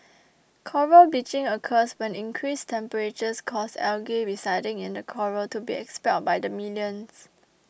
coral bleaching occurs when increased temperatures cause algae residing in the coral to be expelled by the millions